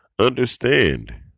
Understand